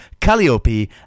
Calliope